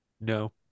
No